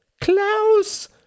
Klaus